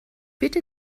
bitte